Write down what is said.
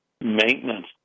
maintenance